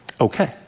Okay